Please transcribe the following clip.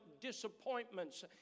disappointments